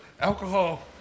alcohol